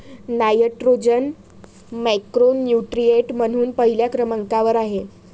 nitrogen macronutrient म्हणून पहिल्या क्रमांकावर आहे